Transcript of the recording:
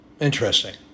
Interesting